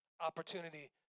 opportunity